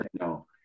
No